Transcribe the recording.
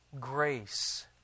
Grace